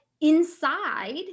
inside